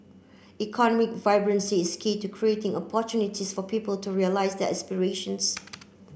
economic vibrancy is key to creating opportunities for people to realise their aspirations